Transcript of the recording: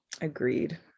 Agreed